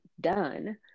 done